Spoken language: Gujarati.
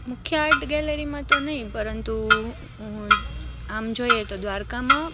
મુખ્ય આર્ટ ગેલેરીમાં તો નહીં પરંતુ આમ જોઈએ તો દ્વારકામાં